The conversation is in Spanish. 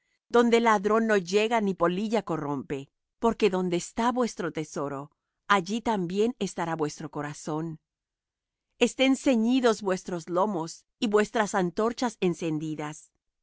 donde ladrón no llega ni polilla corrompe porque donde está vuestro tesoro allí también estará vuestro corazón estén ceñidos vuestros lomos y vuestras antorchas encendidas